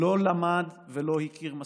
לא למד ולא הכיר מספיק.